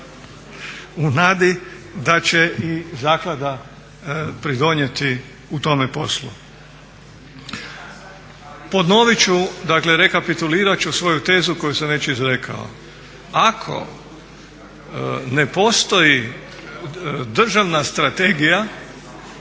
u nadi da će i zaklada pridonijeti u tome poslu. Ponoviti ću, dakle rekapitulirati ću svoju tezu koju sam već izrekao. Ako ne postoji državna strategija